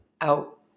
out